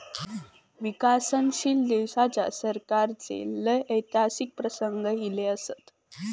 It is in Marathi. विकसनशील देशाच्या सरकाराचे लय ऐतिहासिक प्रसंग ईले असत